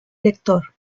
lector